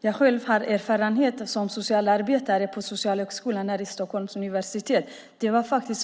Jag har själv erfarenheter som socialarbetare på Socialhögskolan vid Stockholms universitet.